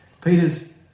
Peter's